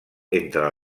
entre